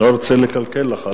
לא רוצה לקלקל לך.